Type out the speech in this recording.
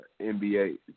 NBA